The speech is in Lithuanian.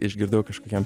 išgirdau kažkokiam